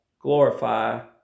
glorify